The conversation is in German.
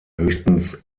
höchstens